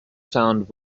found